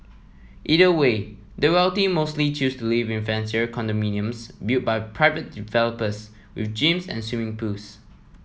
either way the wealthy mostly choose to live in fancier condominiums built by private developers with gyms and swimming pools